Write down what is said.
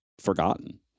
forgotten